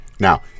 Now